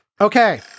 Okay